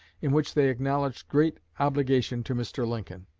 in which they acknowledged great obligation to mr. lincoln.